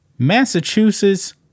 Massachusetts